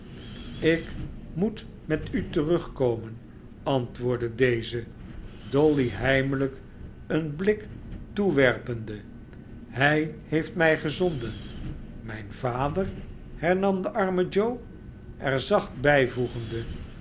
ik moet met u terugkomen antwoordde deze dolly heimelijk een blik toewerpende hij heeft mij gezonden mijn vader hernam de arme joe er zacht